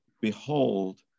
behold